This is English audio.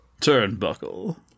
Turnbuckle